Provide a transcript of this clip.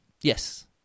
yes